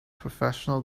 professional